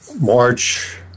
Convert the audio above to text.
March